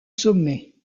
sommet